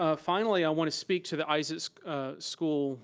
ah finally, i want to speak to the isaacs school